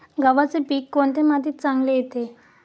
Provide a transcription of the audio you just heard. गव्हाचे पीक कोणत्या मातीत चांगले येते?